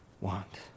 want